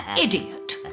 Idiot